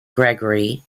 gregory